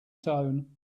tone